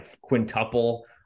quintuple